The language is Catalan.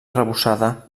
arrebossada